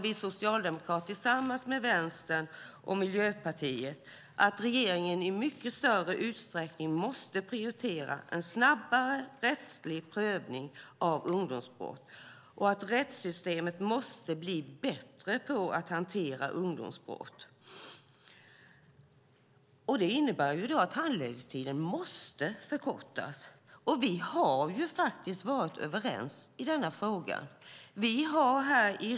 Vi socialdemokrater tillsammans med Vänstern och Miljöpartiet menar att regeringen i mycket större utsträckning måste prioritera en snabbare rättslig prövning av ungdomsbrott. Rättssystemet måste bli bättre på att hantera ungdomsbrott. Det innebär att handläggningstiden måste förkortas. Vi har faktiskt varit överens i frågan.